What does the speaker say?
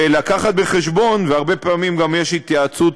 ולהביא בחשבון, והרבה פעמים יש גם התייעצות,